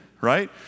right